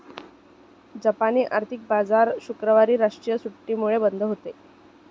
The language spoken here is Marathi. जापानी आर्थिक बाजार शुक्रवारी राष्ट्रीय सुट्टीमुळे बंद होता